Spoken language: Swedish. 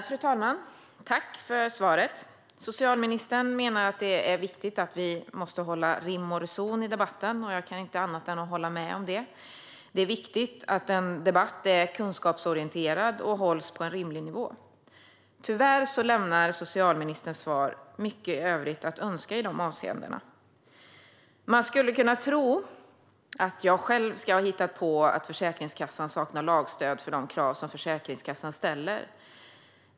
Fru talman! Tack, ministern, för svaret! Socialministern menar att det är viktigt med rim och reson i debatten, och jag kan inte annat än att hålla med om det. Det är viktigt att en debatt är kunskapsorienterad och hålls på en rimlig nivå. Tyvärr lämnar socialministerns svar mycket övrigt att önska i dessa avseenden. Man skulle kunna tro att jag själv har hittat på att Försäkringskassan saknar lagstöd för de krav som man ställer.